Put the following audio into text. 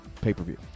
pay-per-view